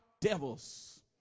devils